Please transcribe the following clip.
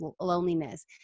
loneliness